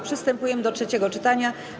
Przystępujemy do trzeciego czytania.